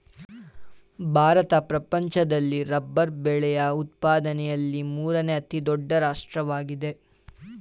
ಭಾರತ ಪ್ರಪಂಚದಲ್ಲಿ ರಬ್ಬರ್ ಬೆಳೆಯ ಉತ್ಪಾದನೆಯಲ್ಲಿ ಮೂರನೇ ಅತಿ ದೊಡ್ಡ ರಾಷ್ಟ್ರವಾಗಿದೆ